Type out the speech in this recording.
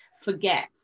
forget